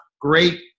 great